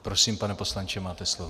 Prosím, pane poslanče, máte slovo.